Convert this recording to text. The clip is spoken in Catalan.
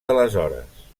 d’aleshores